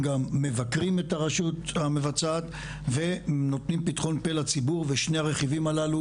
גם מבקרים את הרשות המבצעת ונותנים פתחון פה לציבור ושני הרכבים הללו,